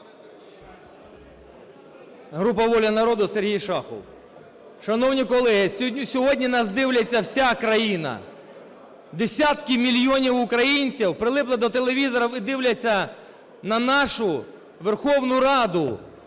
Група "Воля народу", Сергій Шахов. Шановні колеги, сьогодні нас дивиться вся країна. Десятки мільйонів українців прилипли до телевізорів і дивляться на нашу Верховну Раду.